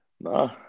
nah